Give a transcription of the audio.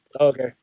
Okay